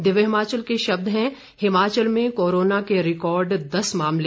दिव्य हिमाचल के शब्द हैं हिमाचल में कोरोना के रिकॉर्ड दस मामले